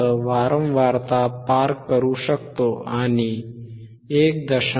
5KHz वारंवारता पार करू शकतो आणि 1